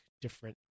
different